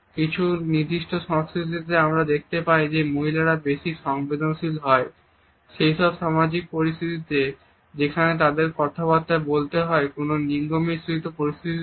কিছু নির্দিষ্ট সংস্কৃতিতে আমরা দেখতে পাই যে মহিলারা বেশি সংবেদনশীল হয় সেইসব সামাজিক পরিস্থিতিতে যেখানে তাদেরকে কথাবার্তা বলতে হয় কোন লিঙ্গ মিশ্রিত পরিস্থিতিতে